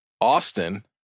Austin